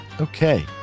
Okay